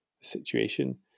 situation